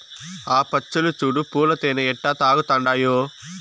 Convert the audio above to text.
ఆ పచ్చులు చూడు పూల తేనె ఎట్టా తాగతండాయో